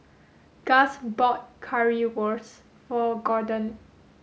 gus bought Currywurst for Gordon